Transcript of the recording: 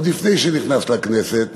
עוד לפני שנכנס לכנסת,